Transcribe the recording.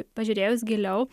pažiūrėjus giliau